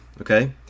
okay